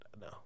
no